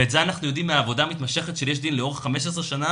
ואת זה אנחנו יודעים מהעבודה המתמשכת של "יש דין" לאורך 15 שנה,